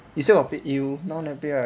you still got play you now never play right